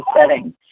setting